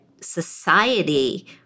society